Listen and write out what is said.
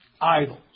idols